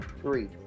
Three